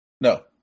No